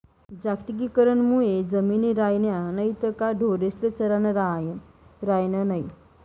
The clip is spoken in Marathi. जागतिकीकरण मुये जमिनी रायन्या नैत का ढोरेस्ले चरानं रान रायनं नै